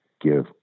give